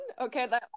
okay